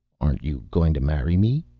aren't you going to marry me?